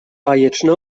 bajeczne